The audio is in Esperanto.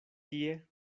tie